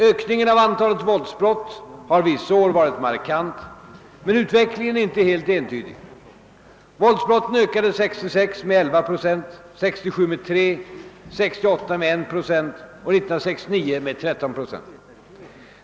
Ökningen av antalet våldsbrott har vissa år varit markant, men utvecklingen är inte helt entydig. Våldsbrotten ökade 1966 med 11 procent, 1967 med 3 procent, 1968 med 1 procent och 1969 med 13 procent.